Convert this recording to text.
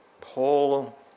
Paul